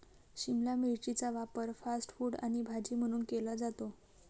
शिमला मिरचीचा वापर fast food आणि भाजी म्हणून केला जातो